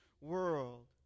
world